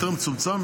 יותר מצומצם,